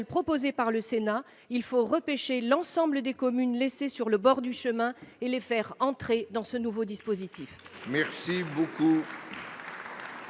proposée par le Sénat : il faut « repêcher » l’ensemble des communes laissées sur le bord du chemin et les faire enfin entrer dans le nouveau dispositif.